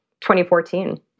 2014